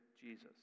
Jesus